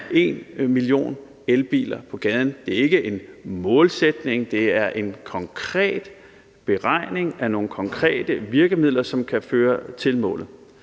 1 million elbiler på gaden. Det er ikke en målsætning, det er en konkret beregning af nogle konkrete virkemidler, som kan føre til målet.